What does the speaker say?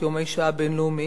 את יום האשה הבין-לאומי.